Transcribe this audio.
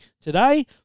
Today